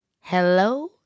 hello